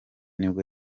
nibwo